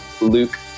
Luke